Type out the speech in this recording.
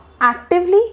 actively